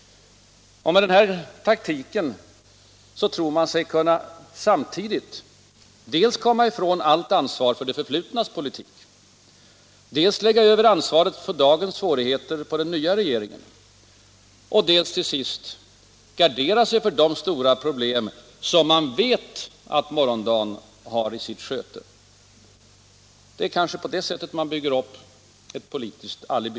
Med den här taktiken tror man sig kunna samtidigt dels komma ifrån allt ansvar för det förflutnas politik, dels lägga över ansvaret för dagens svårigheter på den nya regeringen och dels till sist gardera sig för de stora problem som man vet att morgondagen har i sitt sköte. Det kanske är på det sättet som man bygger upp ett politiskt alibi.